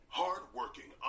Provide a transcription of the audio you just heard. hard-working